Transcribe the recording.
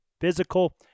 physical